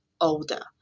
older